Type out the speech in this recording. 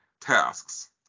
tasks